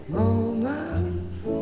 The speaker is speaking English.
moments